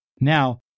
Now